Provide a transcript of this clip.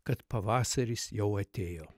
kad pavasaris jau atėjo